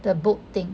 the boat thing